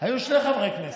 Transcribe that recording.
היו שני חברי כנסת,